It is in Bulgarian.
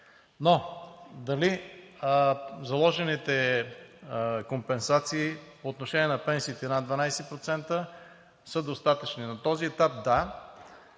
1%. Дали заложените компенсации по отношение на пенсиите над 12% са достатъчни? На този етап да,